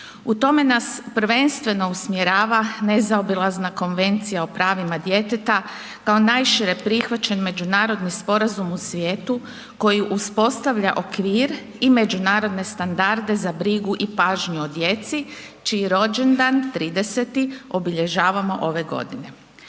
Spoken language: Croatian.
U tome nas prvenstveno usmjerava nezaobilazna Konvencija o pravima djeteta kao najšire prihvaćen međunarodni sporazum u svijetu koji uspostavlja okvir i međunarodne standarde za brigu i pažnju o djeci čiji rođendan 30.-ti obilježavamo ove godine.